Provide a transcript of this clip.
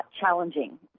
challenging